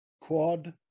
quad